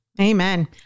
Amen